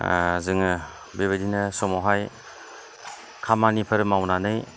जोङो बेबायदिनो समावहाय खामानिफोर मावनानै